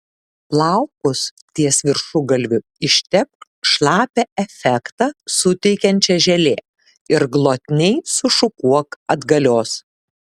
plaukus ties viršugalviu ištepk šlapią efektą suteikiančia želė ir glotniai sušukuok atgalios